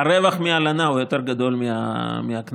הרווח מהלנה הוא יותר גדול מהקנס.